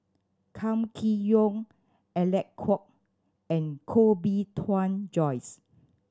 Kam Kee Yong Alec Kuok and Koh Bee Tuan Joyce